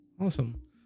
awesome